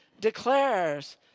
declares